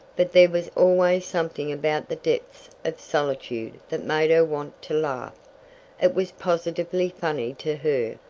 but there was always something about the depths of solitude that made her want to laugh it was positively funny to her.